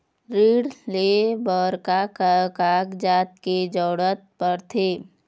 ऋण ले बर का का कागजात के जरूरत पड़थे?